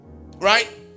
Right